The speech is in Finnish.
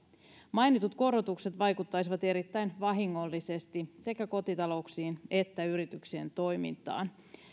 mainitut korotukset vaikuttaisivat erittäin vahingollisesti sekä kotitalouksiin että yrityksien toimintaan